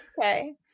Okay